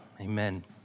amen